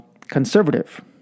conservative